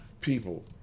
people